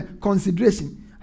consideration